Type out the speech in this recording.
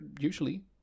usually